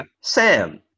Sam